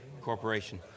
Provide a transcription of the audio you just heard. corporation